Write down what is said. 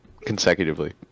consecutively